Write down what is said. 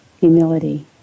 humility